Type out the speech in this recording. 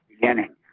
beginning